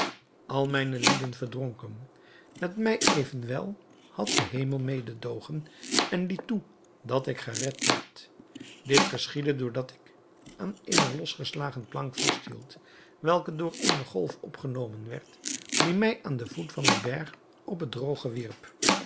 al mijne lieden verdronken met mij evenwel had de hemel mededoogen en liet toe dat ik gered werd dit geschiedde door dat ik mij aan eene losgeslagen plank vasthield welke door eene golf opgenomen werd die mij aan den voet van den berg op het drooge wierp